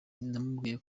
namubwira